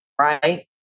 right